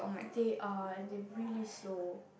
they are as in really slow